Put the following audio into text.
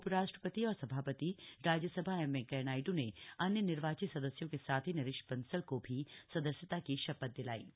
उपराष्ट्रपति और सभापति राज्यसभा एम वैंकया नायडू ने अन्य निर्वाचित सदस्यों के साथ ही नरेश बंसल को भी सदस्यता की शपथ दिलाई गई